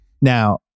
Now